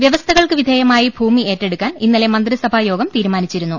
വൃവസ്ഥകൾക്ക് വിധേയമായി ഭൂമി ഏറ്റെടുക്കാൻ ഇന്നലെ മന്ത്രിസഭായോഗം തീരുമാനിച്ചിരുന്നു